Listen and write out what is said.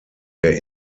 der